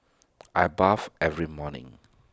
I bathe every morning